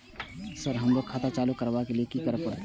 Sir हमरो खाता चालू करबाबे के ली ये की करें परते?